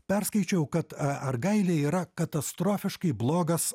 perskaičiau kad a argaile yra katastrofiškai blogas